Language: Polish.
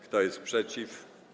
Kto jest przeciw?